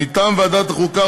מטעם ועדת החוקה,